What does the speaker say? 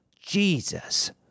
Jesus